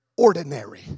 Ordinary